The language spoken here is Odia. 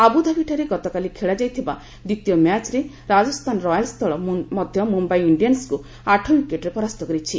ଆବୁଧାବିଠାରେ ଗତକାଲି ଖେଳାଯାଇଥିବା ଦ୍ୱିତୀୟ ମ୍ୟାଚ୍ରେ ରାଜସ୍ଥାନ ରୟାଲ୍ସ ଦଳ ମଧ୍ୟ ମୁମ୍ଯାଇ ଇଣ୍ଡିଆନସ୍କୁ ଆଠ ଉଇକେଟରେ ପରାସ୍ତ କରିଛି